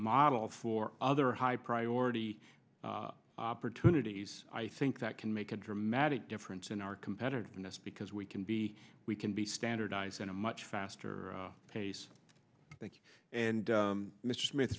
model for other high priority opportunities i think that can make a dramatic difference in our competitiveness because we can be we can be standardized in a much faster pace and mr smith